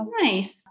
nice